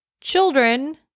children